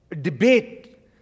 debate